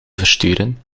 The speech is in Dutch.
versturen